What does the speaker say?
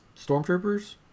stormtroopers